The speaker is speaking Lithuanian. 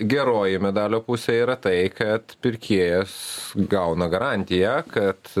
geroji medalio pusė yra tai kad pirkėjas gauna garantiją kad